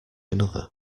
another